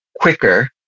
quicker